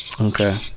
Okay